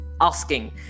Asking